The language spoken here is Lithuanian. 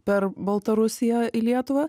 per baltarusiją į lietuvą